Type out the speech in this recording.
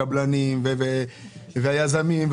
הקבלנים והיזמים,